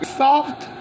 soft